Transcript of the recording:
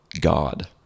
God